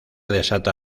desata